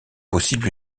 possible